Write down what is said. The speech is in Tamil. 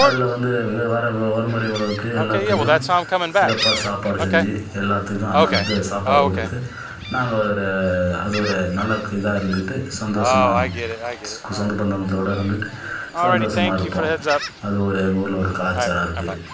அதுல வந்து வரவு வரமுறைவுகளுக்கு எல்லாத்துக்கும் சிறப்பாக சாப்பாடு செஞ்சு எல்லாத்துக்கும் அன்னதான இது சாப்பாடு கொடுத்து நாங்கள் ஒரு அது ஒரு நல்லா இதாக இருந்துக்கிட்டு சந்தோஷமாக சொந்த பந்தங்களோட இருந்துட்டு சந்தோஷமா இருப்போம் அது ஒரு எங்கள் ஊரில் ஒரு கலாச்சாரம் அதுக்கு